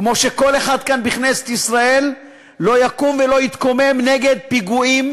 כמו שכל אחד כאן בכנסת ישראל לא יקום ולא יתקומם נגד פיגועים,